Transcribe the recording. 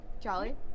Jolly